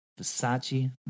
Versace